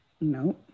No